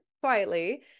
quietly